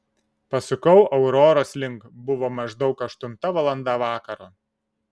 pasukau auroros link buvo maždaug aštunta valanda vakaro